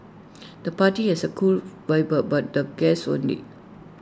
the party has A cool vibe but the guests only